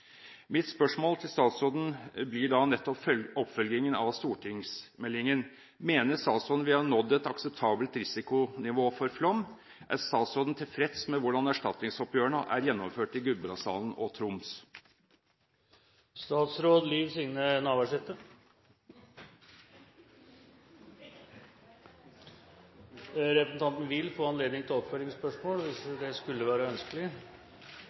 Mitt spørsmål til statsråden går da nettopp på oppfølgingen av stortingsmeldingen: Mener statsråden vi har nådd et akseptabelt risikonivå for flom, og er statsråden tilfreds med hvordan erstatningsoppgjørene er gjennomført i Gudbrandsdalen og Troms? Michael Tetzschner forlot her talerstolen. Representanten Tetzschner vil få anledning til oppfølgingsspørsmål hvis det skulle være ønskelig!